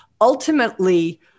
ultimately